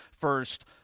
first